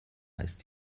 ist